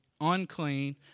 unclean